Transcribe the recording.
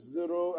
Zero